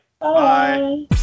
bye